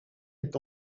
est